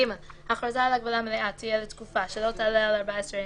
(ג) הכרזה על הגבלה מלאה תהיה לתקופה שלא תעלה על 14 ימים,